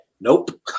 nope